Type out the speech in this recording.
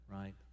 right